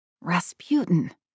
Rasputin